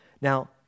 Now